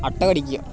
അട്ട കടിക്കുക